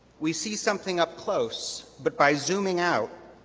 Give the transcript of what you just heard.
we see something up close but by zooming out,